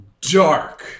dark